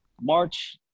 March